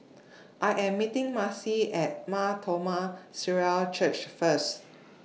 I Am meeting Maci At Mar Thoma Syrian Church First